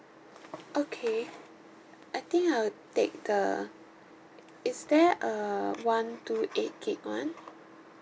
okay I think I'll take the is there uh one two eight gig one